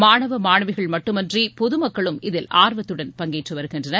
மாணவ மாணவிகள் மட்டுமின்றிபொதுமக்களும் இதில் ஆர்வத்துடன் பங்கேற்றுவருகின்றனர்